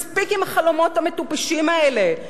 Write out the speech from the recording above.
מספיק עם החלומות המטופשים האלה.